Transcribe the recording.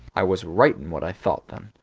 i was right in what i thought, then.